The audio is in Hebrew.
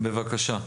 בבקשה.